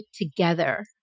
together